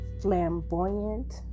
flamboyant